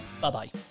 bye-bye